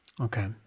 Okay